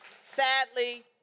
Sadly